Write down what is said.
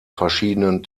verschiedenen